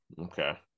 Okay